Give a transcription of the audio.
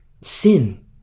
sin